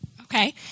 okay